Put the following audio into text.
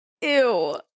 ew